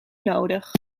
nodig